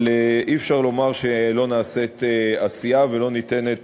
אבל אי-אפשר לומר שלא נעשית עשייה ולא ניתנת